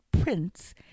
Prince